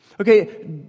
okay